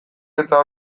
eta